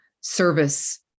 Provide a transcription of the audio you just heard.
service